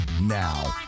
now